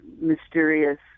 mysterious